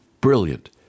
brilliant